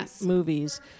movies